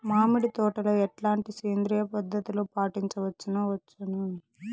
మామిడి తోటలో ఎట్లాంటి సేంద్రియ పద్ధతులు పాటించవచ్చును వచ్చును?